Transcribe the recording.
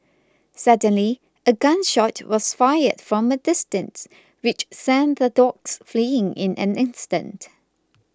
suddenly a gun shot was fired from a distance which sent the dogs fleeing in an instant